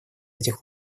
этих